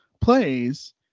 plays